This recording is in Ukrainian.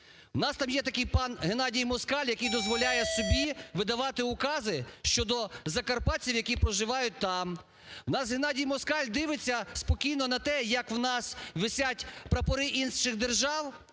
у нас там є такий пан Геннадій Москаль, який дозволяє собі видавати укази щодо закарпатців, які проживають там. У нас Геннадій Москаль дивиться спокійно на те, як у нас висять прапори інших держав